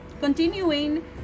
continuing